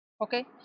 okay